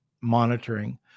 monitoring